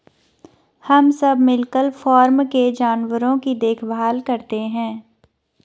हम सब मिलकर फॉर्म के जानवरों की देखभाल करते हैं